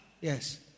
Yes